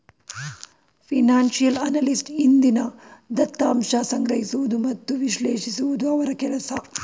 financial analyst ಹಿಂದಿನ ದತ್ತಾಂಶ ಸಂಗ್ರಹಿಸುವುದು ಮತ್ತು ವಿಶ್ಲೇಷಿಸುವುದು ಅವರ ಕೆಲಸ